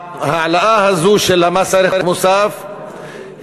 ההעלאה הזאת של מס הערך המוסף היא